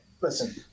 listen